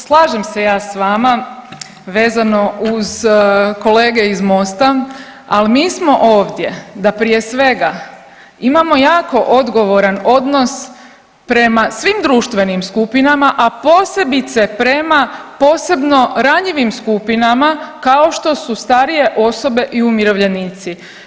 Slažem se ja s vama vezano uz kolege iz Mosta, ali mi smo ovdje da prije svega imamo jako odgovaran odnos prema svim društvenim skupinama, a posebice prema posebno ranjivim skupinama kao što su starije osobe i umirovljenici.